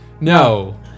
No